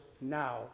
now